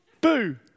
Boo